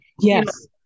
Yes